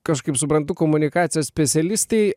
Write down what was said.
kažkaip suprantu komunikacijos specialistei